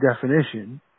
definition